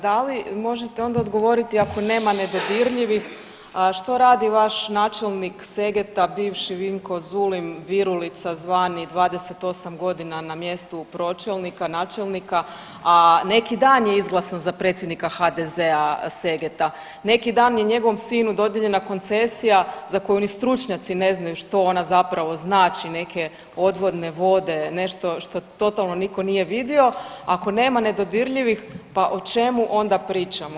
Da li onda možete odgovoriti ako nema nedodirljivih što radi vaš načelnik Segeta bivši Vinko Zulim Virulica zvani 28 godina na mjestu pročelnika, načelnika, a neki dan je izglasan za predsjednika HDZ-a Segeta, neki dan je njegovom sinu dodijeljena koncesija za koju ni stručnjaci ne znaju što ona zapravo znači, neke odvodne vode, nešto što totalno nitko nije vidio, ako nema nedodirljivih pa o čemu onda pričamo.